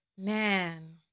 Man